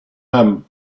him